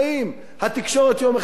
התקשורת יום אחד תהיה אתך,